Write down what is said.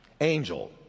angel